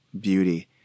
beauty